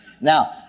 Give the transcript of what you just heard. Now